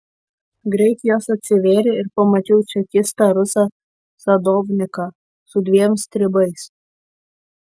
greit jos atsivėrė ir pamačiau čekistą rusą sadovniką su dviem stribais